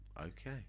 Okay